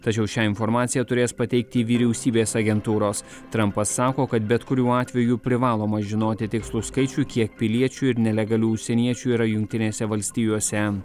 tačiau šią informaciją turės pateikti vyriausybės agentūros trampas sako kad bet kuriuo atveju privaloma žinoti tikslų skaičių kiek piliečių ir nelegalių užsieniečių yra jungtinėse valstijose